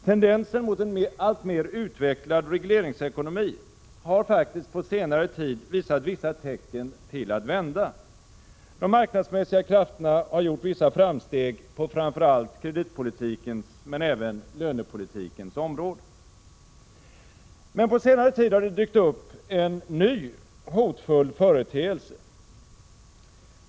Tendensen mot en alltmer utvecklad regleringsekonomi har faktiskt på senare tid visat vissa tecken på att vända. De marknadsmässiga krafterna har gjort vissa framsteg på framför allt kreditpolitikens men även på lönepolitikens område. Men på senare tid har det dykt upp en ny hotfull företeelse.